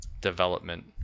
development